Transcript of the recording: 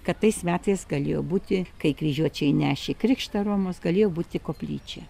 kad tais metais galėjo būti kai kryžiuočiai nešė krikštą romos galėjo būti koplyčia